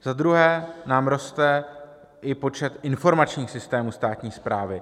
Za druhé nám roste i počet informačních systémů státní správy.